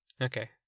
Okay